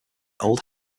old